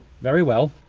very well.